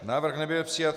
Návrh nebyl přijat.